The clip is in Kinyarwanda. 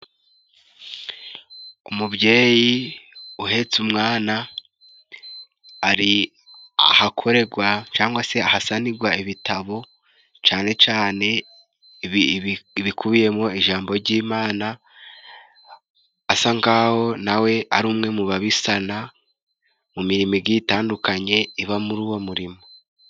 Umubyeyi uhetse umwana ari ahakorerwa cangwa se hasanirwa ibitabo cane cane bikubiyemo ijambo ry'Imana, asa nk'aho nawe ari umwe mu babisana mu mirimo igiye itandukanye, iba muri uwo murimo.